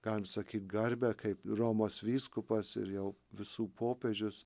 gali sakyt garbę kaip romos vyskupas ir jau visų popiežius